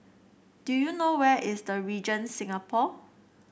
do you know where is The Regent Singapore